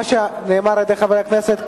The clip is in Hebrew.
מה שנאמר על-ידי חבר הכנסת גפני,